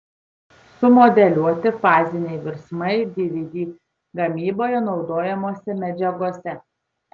sumodeliuoti faziniai virsmai dvd gamyboje naudojamose medžiagose